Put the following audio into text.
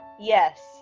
Yes